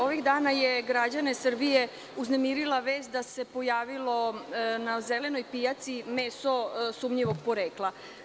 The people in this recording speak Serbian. Ovih dana je građane Srbije uznemirila vest da se pojavilo na zelenoj pijaci meso sumnjivog porekla.